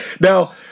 now